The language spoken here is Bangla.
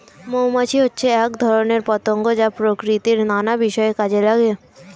মৌমাছি হচ্ছে এক ধরনের পতঙ্গ যা প্রকৃতির নানা বিষয়ে কাজে লাগে